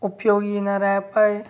उपयोगी येणाऱ्या